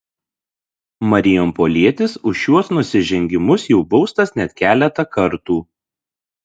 marijampolietis už šiuos nusižengimus jau baustas net keletą kartų